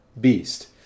beast